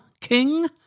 king